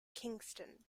kingston